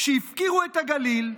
הפקירו את הגליל,